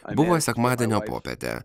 buvo sekmadienio popietė